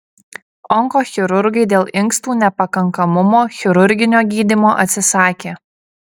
onkochirurgai dėl inkstų nepakankamumo chirurginio gydymo atsisakė